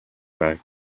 back